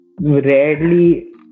rarely